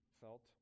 felt